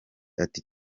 ati